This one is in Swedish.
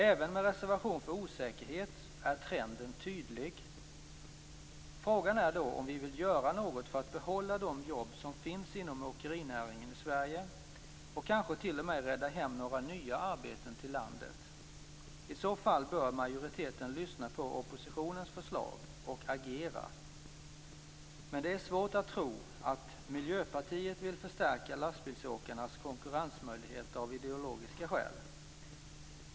Även med reservation för osäkerhet är trenden tydlig. Frågan är då om vi vill göra något för att behålla de jobb som finns inom åkerinäringen i Sverige och kanske t.o.m. rädda hem några nya arbeten till landet. I så fall bör majoriteten lyssna på oppositionens förslag och agera. Men det är svårt att tro att Miljöpartiet vill förstärka lastbilsåkarnas konkurrensmöjligheter av ideologiska skäl.